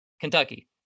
Kentucky